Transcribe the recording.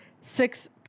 six